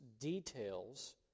details